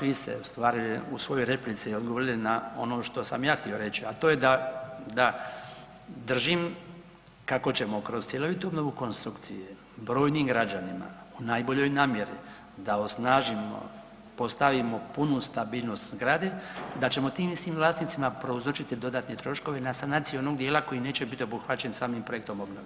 Vi ste ustvari u svojoj replici odgovorili na ono što sam ja htio reći, a to da držim kako ćemo kroz cjelovitu obnovu konstrukcije brojnim građanima u najboljoj namjeri da osnažimo postavimo punu stabilnost zgradi, da ćemo tim istim vlasnicima prouzročiti dodatne troškove na sanaciji onog dijela koji neće biti obuhvaćen samim projektom obnove.